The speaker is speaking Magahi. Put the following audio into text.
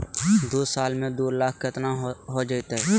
दू साल में दू लाख केतना हो जयते?